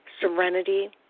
serenity